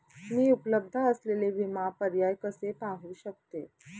मी उपलब्ध असलेले विमा पर्याय कसे पाहू शकते?